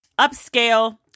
upscale